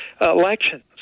elections